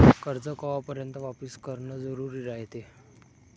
कर्ज कवापर्यंत वापिस करन जरुरी रायते?